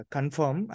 Confirm